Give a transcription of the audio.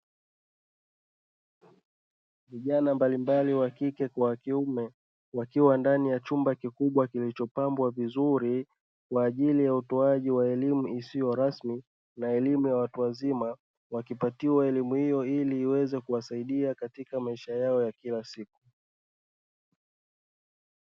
Vijana mbalimbali wakike kwa wakiume wakiwa ndani ya chumba kikubwa kilichopambwa vizuri kwa ajili ya utoaji wa elimu isiyo rasmi na elimu ya watu wazima, wakipatiwa elimu hiyo ili iweze kuwasaidia katika maisha ya kila siku.